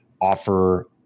offer